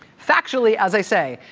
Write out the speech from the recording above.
factually, as i say,